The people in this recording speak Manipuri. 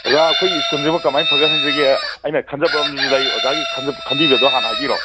ꯑꯣꯖꯥ ꯑꯩꯈꯣꯏ ꯁ꯭ꯀꯨꯜꯁꯤꯕꯨ ꯀꯃꯥꯏꯅ ꯐꯒꯠꯍꯟꯁꯤꯒꯦ ꯑꯩꯅ ꯈꯟꯖꯕ ꯑꯃ ꯂꯩ ꯑꯣꯖꯥꯒꯤ ꯈꯟꯕꯤꯕꯗꯣ ꯍꯥꯟꯅ ꯍꯥꯏꯕꯤꯔꯣ